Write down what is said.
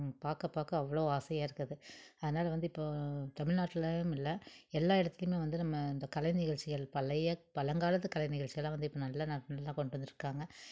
பார்க்க பார்க்க அவ்வளோ ஆசையாக இருக்குது அதனால் வந்து இப்போது தமிழ்நாட்டுலனு இல்லை எல்லா இடத்துலயுமே வந்து நம்ம அந்த கலை நிகழ்ச்சிகள் பழைய பழங்காலத்து கலை நிகழ்ச்சிகள்லாம் வந்து இப்போ நல்ல நல்ல கொண்டு வந்திருக்காங்க